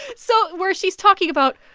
so where she's talking about,